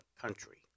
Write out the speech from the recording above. country